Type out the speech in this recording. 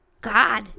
God